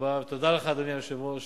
תודה רבה, ותודה לך, אדוני היושב-ראש,